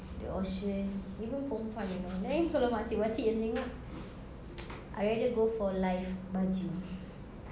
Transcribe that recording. the auction even perempuan you know ini belum makcik makcik yang tengok I rather go for live baju